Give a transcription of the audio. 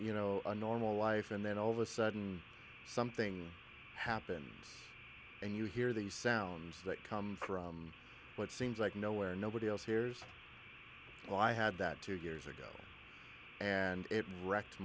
you know a normal life and then all of a sudden something happens and you hear these sounds that come from what seems like nowhere nobody else hears i had that two years ago and it wrecked